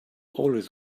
always